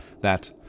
that